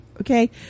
okay